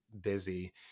busy